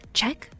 check